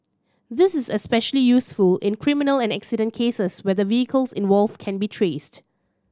this is especially useful in criminal and accident cases where the vehicles involved can be traced